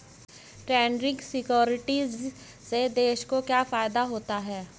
Trading securities से देश को क्या फायदा होता है?